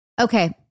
Okay